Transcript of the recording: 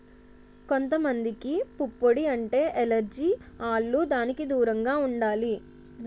కొంత మందికి పుప్పొడి అంటే ఎలెర్జి ఆల్లు దానికి దూరంగా ఉండాలి